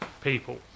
people